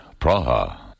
Praha